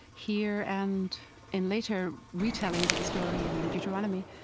here and in later retellings of the story in deuteronomy,